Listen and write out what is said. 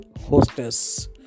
hostess